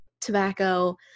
tobacco